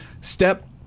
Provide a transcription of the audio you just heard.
step